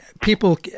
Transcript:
people